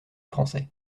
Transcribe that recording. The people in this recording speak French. français